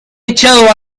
echado